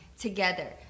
together